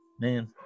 Man